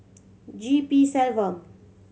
G P Selvam